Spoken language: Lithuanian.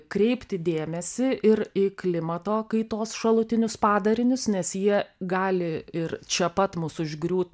kreipti dėmesį ir į klimato kaitos šalutinius padarinius nes jie gali ir čia pat mus užgriūt